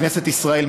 כנסת ישראל,